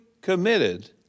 committed